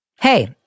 Hey